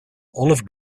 olive